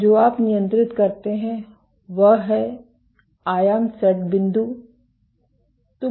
और जो आप नियंत्रित करते हैं वह आयाम सेट बिंदु है